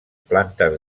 plantes